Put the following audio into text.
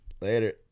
Later